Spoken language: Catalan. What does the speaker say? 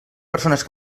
persones